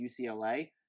UCLA